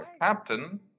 captain